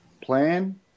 Plan